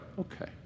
okay